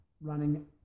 running